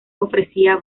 ofrecía